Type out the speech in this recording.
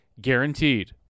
guaranteed